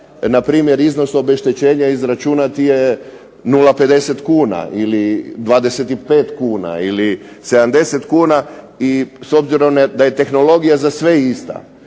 Npr. iznos obeštećenja izračunat je 0,50 kn ili 25 kn ili 70 kn i s obzirom da je tehnologija za sve ista,